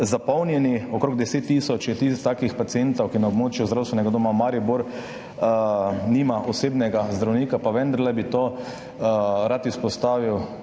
zapolnjeni. Okrog 10 tisoč je takih pacientov, ki na območju zdravstvenega doma Maribor nimajo osebnega zdravnika. Vendarle bi rad izpostavil